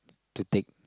to take